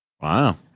wow